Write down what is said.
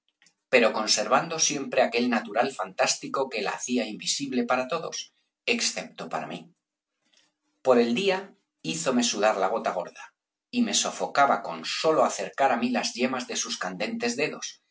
pero conservando siempre aquel natural fantástico que la hacía invisible para todos excepto para mí por el día hízome sudar la gota gorda y me sofocaba con sólo acercar á mí las yemas de sus candentes dedos